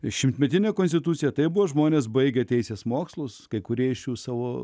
šimtmetinę konstituciją tai buvo žmonės baigę teisės mokslus kai kurie šių savo